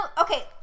Okay